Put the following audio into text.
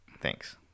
Thanks